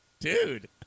dude